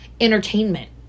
entertainment